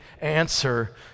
answer